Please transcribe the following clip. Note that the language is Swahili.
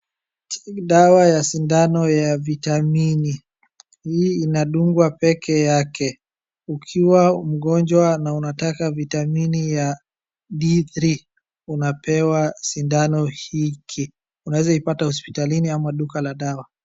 dawa ya sindano ya vitamini hii inadungwa pekee yake ukiwa mgonjwa na unataka vitamini ya B3 unapewa sindano hiki ,unaweza ipata hospitalini ama duka la dawa